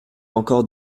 encore